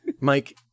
Mike